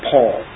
Paul